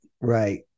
Right